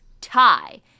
tie